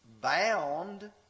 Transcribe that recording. bound